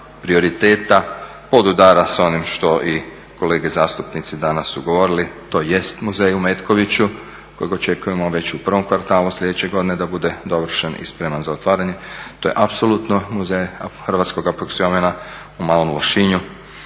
prioriteta podudara s onim što i kolege zastupnici danas su govorili, tj. Muzej u Metkoviću kojeg očekujemo već u prvom kvartalu slijedeće godine da bude dovršen i spreman za otvaranje. To je apsolutno Muzej hrvatskoga aproksiomena u Malom Lošinju,